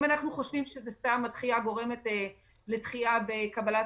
אם אנחנו חושבים שהדחייה גורמת לדחייה בקבלת